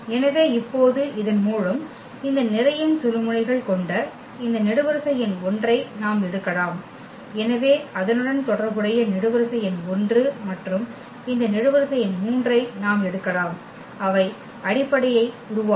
எனவே இப்போது இதன் மூலம் இந்த நிரையின் சுழுமுனைகள் கொண்ட இந்த நெடுவரிசை எண் 1 ஐ நாம் எடுக்கலாம் எனவே அதனுடன் தொடர்புடைய நெடுவரிசை எண் 1 மற்றும் இந்த நெடுவரிசை எண் 3 ஐ நாம் எடுக்கலாம் அவை அடிப்படையை உருவாக்கும்